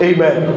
Amen